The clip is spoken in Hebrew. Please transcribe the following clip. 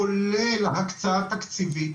כולל הקצאה תקציבית.